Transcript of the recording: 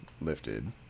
lifted